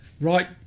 right